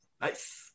Nice